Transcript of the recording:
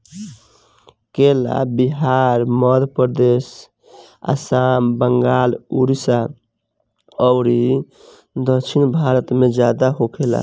केला बिहार, मध्यप्रदेश, आसाम, बंगाल, उड़ीसा अउरी दक्षिण भारत में ज्यादा होखेला